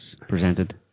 presented